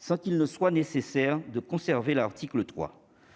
sans qu'il soit nécessaire de conserver l'article 3.